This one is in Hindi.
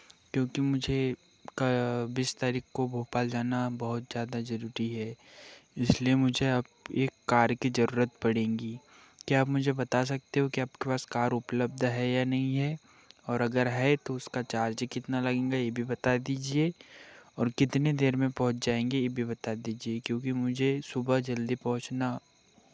क्योंकि मुझे बीस तारीख को भोपाल जाना बहुत ज़्यादा जरूरी है इसलिए मुझे अब एक कार की जरूरत पड़ेगी क्या आप मुझे बता सकते हो कि आपके पास कार उपलब्ध है या नहीं है और अगर है तो उसका चार्ज़ कितना लगेगा ये भी बता दीजिए और कितने देर में पहुंच जाएंगे ये भी बता दीजिए क्योंकि मुझे सुबह जल्दी पहुंचना